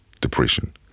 depression